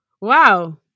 Wow